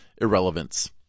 irrelevance